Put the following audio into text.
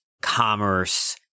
commerce